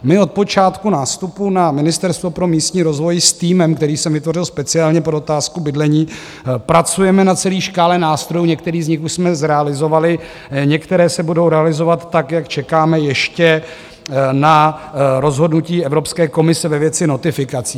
My od počátku nástupu na Ministerstvo na místní rozvoj s týmem, který jsem vytvořil speciálně pro otázku bydlení, pracujeme na celé škále nástrojů, některé z nich už jsme zrealizovali, některé se budou realizovat tak, jak čekáme ještě na rozhodnutí Evropské komise ve věci notifikací.